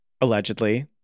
allegedly